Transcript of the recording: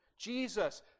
Jesus